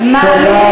תודה,